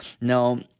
Now